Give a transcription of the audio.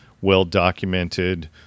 well-documented